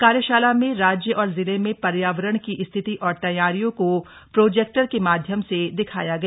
कार्यशाला में राज्य और जिले में पर्यावरण की स्थिति और तघ्रारियों को प्रोजेक्टर के माध्यम से दिखाया गया